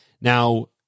now